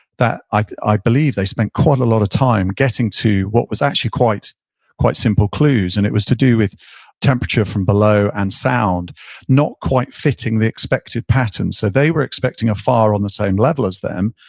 that i believe they spent quite a lot of time getting to what was actually quite quite simple clues, and it was to do with temperature from below and sound not quite fitting the expected pattern. so they were expecting a fire on the same level as them,